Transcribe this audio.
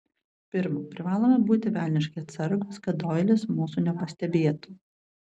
pirma privalome būti velniškai atsargūs kad doilis mūsų nepastebėtų